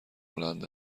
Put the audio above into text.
بلند